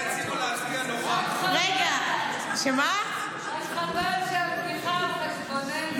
רק חבל שהבדיחה על חשבוננו.